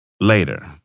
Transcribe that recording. Later